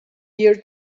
here